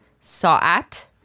sa'at